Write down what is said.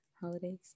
holidays